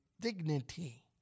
dignity